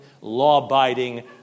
law-abiding